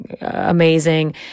amazing